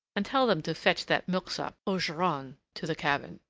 and tell them to fetch that milksop ogeron to the cabin.